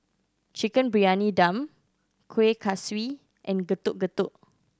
Chicken Briyani Dum Kuih Kaswi and Getuk Getuk